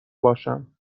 باشم